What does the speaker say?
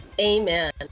Amen